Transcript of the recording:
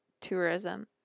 tourism